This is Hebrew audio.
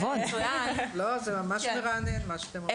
זה ממש מרענן, מה שאתם אומרים.